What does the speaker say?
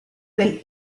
del